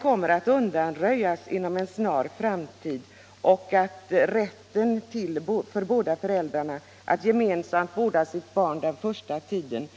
kommer att undanröjas inom en snar framtid och att det kommer att införas rätt för båda föräldrarna att gemensamt vårda sitt barn den första tiden.